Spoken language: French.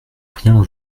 rien